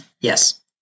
Yes